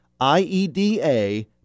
IEDA